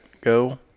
Go